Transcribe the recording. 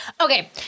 okay